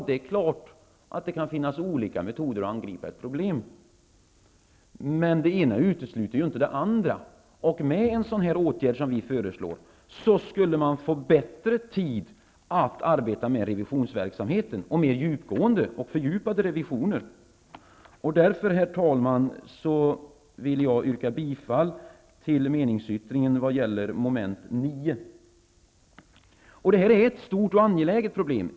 Det är klart att det kan finnas olika metoder att angripa ett problem. Men det ena utesluter inte det andra. Med en sådan åtgärd som vi föreslår, skulle man få mer tid till att arbeta med revisionsverksamheten och kunna göra mer fördjupade revisioner. Jag vill därför, herr talman, yrka bifall till meningsyttringen vad gäller moment Detta är ett stort och angeläget problem.